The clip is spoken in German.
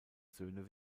söhne